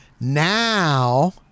Now